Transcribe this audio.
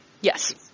Yes